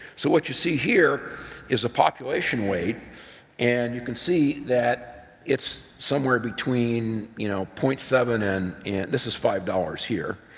so what you see here is the population weighed and you can see that it's somewhere between, you know, point seven and and this is five dollars here,